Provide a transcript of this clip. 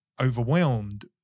overwhelmed